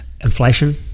Inflation